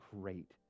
great